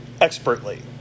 expertly